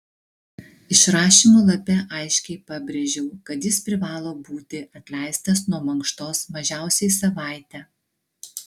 išrašymo lape aiškiai pabrėžiau kad jis privalo būti atleistas nuo mankštos mažiausiai savaitę